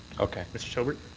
mr. tobert?